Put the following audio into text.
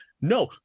No